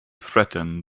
threaten